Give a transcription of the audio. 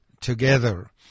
together